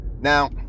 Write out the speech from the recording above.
Now